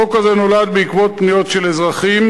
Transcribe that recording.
החוק הזה נולד בעקבות פניות של אזרחים